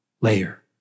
layer